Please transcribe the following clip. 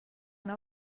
una